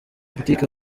boutique